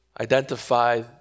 identify